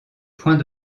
point